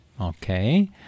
Okay